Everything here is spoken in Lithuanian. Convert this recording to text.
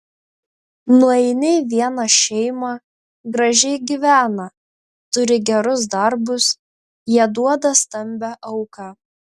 nueini į vieną šeimą gražiai gyvena turi gerus darbus jie duoda stambią auką